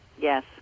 Yes